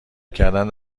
کردن